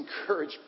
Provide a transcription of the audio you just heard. encourage